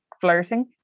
flirting